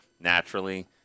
naturally